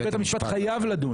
בית המשפט חייב לדון.